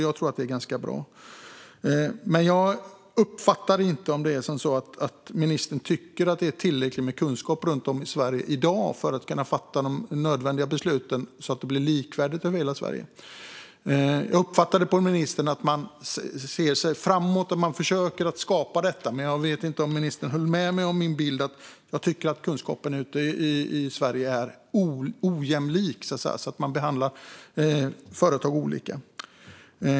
Jag tror att det är ganska bra. Men jag uppfattade inte om ministern tycker att det finns tillräckligt med kunskap runt om i Sverige i dag för att de nödvändiga besluten ska kunna fattas så att det blir likvärdigt över hela Sverige. Jag uppfattade att ministern menade att man ser framåt och försöker skapa detta. Men jag vet inte om ministern höll med mig när det gäller min bild av att jag tycker att kunskapen i Sverige är ojämlik och att företag behandlas olika.